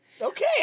Okay